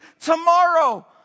tomorrow